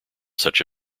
such